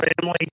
family